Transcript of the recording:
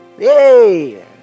Yay